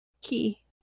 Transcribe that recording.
key